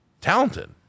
talented